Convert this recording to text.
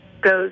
goes